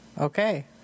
Okay